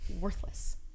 worthless